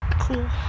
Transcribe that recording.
cool